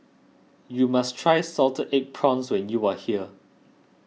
you must try Salted Egg Prawns when you are here